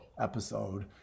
episode